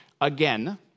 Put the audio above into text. again